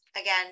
again